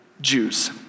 Jews